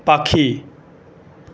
পাখি